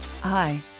Hi